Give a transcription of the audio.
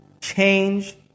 change